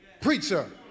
preacher